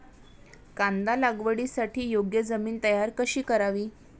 कांदा लागवडीसाठी योग्य जमीन तयार कशी करावी?